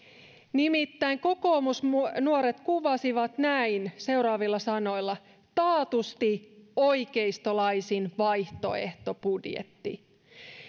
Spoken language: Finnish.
nimittäin kokoomusnuoret kuvasi sitä näin seuraavilla sanoilla taatusti oikeistolaisin vaihtoehtobudjetti